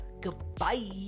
goodbye